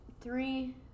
three –